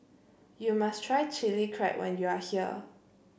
you must try Chilli Crab when you are here